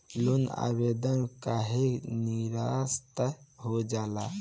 Loan आवेदन काहे नीरस्त हो जाला?